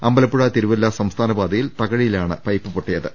അമ്പലപ്പുഴ തിരുവല്ല സംസ്ഥാന പാതയിൽ തകഴിയിലാണ് പൈപ്പ് പൊട്ടിയത്